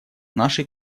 нашей